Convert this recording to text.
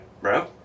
bro